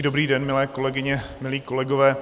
Hezký dobrý den, milé kolegyně, milí kolegové.